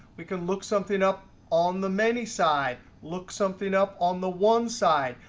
we can look something up on the many side, look something up on the one side.